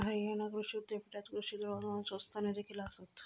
हरियाणा कृषी विद्यापीठात कृषी दळणवळण संस्थादेखील आसत